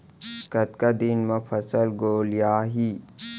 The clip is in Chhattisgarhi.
कतका दिन म फसल गोलियाही?